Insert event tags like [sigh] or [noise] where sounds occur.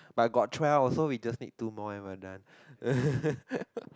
but got twelve so we just need two more and we are done [laughs]